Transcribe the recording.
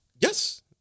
Yes